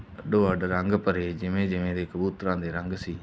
ਅੱਡੋ ਅੱਡ ਰੰਗ ਭਰੇ ਜਿਵੇਂ ਜਿਵੇਂ ਦੇ ਕਬੂਤਰਾਂ ਦੇ ਰੰਗ ਸੀ